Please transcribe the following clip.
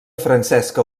francesca